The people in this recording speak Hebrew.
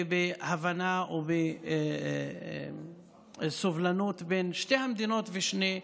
ובהבנה או בסובלנות בין שתי המדינות ושני העמים.